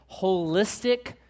holistic